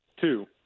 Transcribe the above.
Two